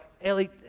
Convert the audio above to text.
Ellie